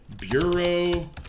Bureau